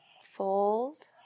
Fold